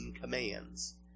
commands